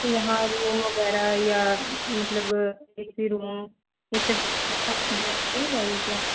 तो यहाँ रूम वगैरह या मतलब ए सी रूम ये सब व्यवस्था व्यवस्था मिल जाएगी क्या